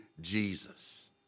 Jesus